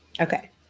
Okay